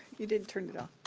you didn't turn it off.